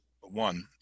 one